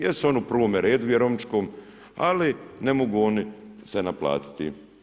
Jesu oni u prvome redu vjerovničkom, ali ne mogu oni se naplatiti.